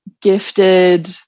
gifted